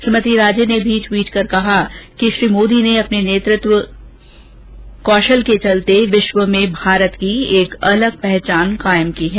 श्रीमती राजे ने भी ट्वीट कर कहा कि श्री मोदी ने अपने नेतृत्व कौशल के चलते विश्व में भारत की एक अलग पहचान कायम की है